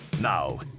Now